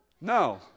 No